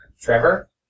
Trevor